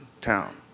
town